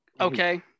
Okay